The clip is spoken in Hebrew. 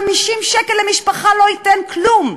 50 שקל למשפחה לא ייתנו כלום,